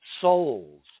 souls